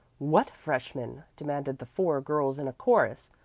what freshmen? demanded the four girls in a chorus,